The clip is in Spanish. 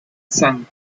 san